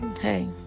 hey